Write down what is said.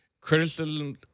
criticism